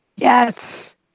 Yes